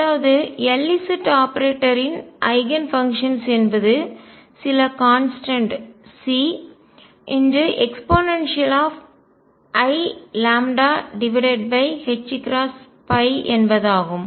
அதாவது Lz ஆபரேட்டரின் eigenfunctions என்பது சில கான்ஸ்டன்ட் Ceiλℏ என்பதாகும்